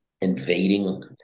invading